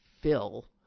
fill